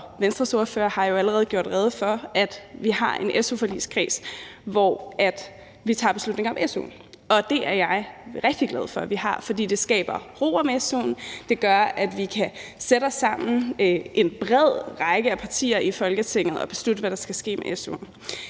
og Venstres ordfører allerede har gjort rede for, har vi en su-forligskreds, hvor vi tager beslutninger om su'en, og det er jeg rigtig glad for vi har, for det skaber ro om su'en, og det gør, at vi i en bred kreds af partier i Folketinget kan sætte os sammen og beslutte, hvad der skal ske med su'en.